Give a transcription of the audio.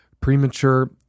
premature